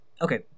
Okay